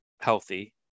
healthy